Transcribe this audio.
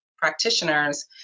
practitioners